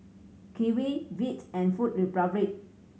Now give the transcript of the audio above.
Kiwi Veet and Food Republic